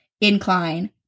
incline